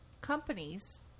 companies